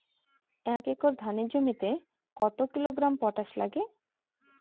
এক একর ধানের জমিতে কত কিলোগ্রাম পটাশ লাগে?